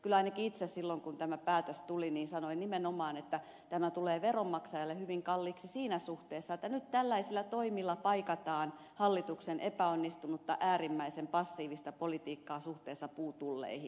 kyllä ainakin itse silloin kun tämä päätös tuli sanoin nimenomaan että tämä tulee veronmaksajalle hyvin kalliiksi siinä suhteessa että nyt tällaisilla toimilla paikataan hallituksen epäonnistunutta äärimmäisen passiivista politiikkaa suhteessa puutulleihin